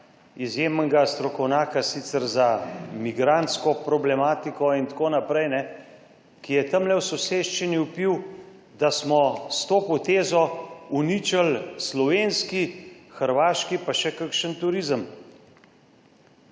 izjemnega strokovnjaka sicer za migrantsko problematiko in tako naprej, ki je tamle v soseščini vpil, da smo s to potezo uničili slovenski, hrvaški pa še kakšen turizem.